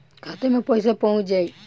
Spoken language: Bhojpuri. खाता मे पईसा पहुंच जाई